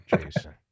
Jason